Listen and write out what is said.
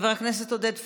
חבר הכנסת עודד פורר,